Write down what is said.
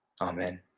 Amen